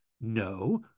No